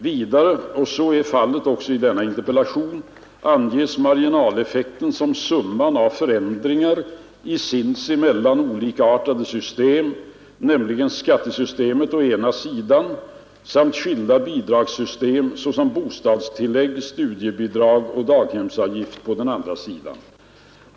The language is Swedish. Vidare — och så är fallet också i denna interpellation — anges marginaleffekten som summan av förändringar i sinsemellan olikartade system, nämligen skattesystemet å ena sidan samt skilda bidragssystem såsom bostadstillägget, studie bidraget och daghemsavgiften å andra sidan.